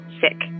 sick